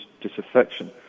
disaffection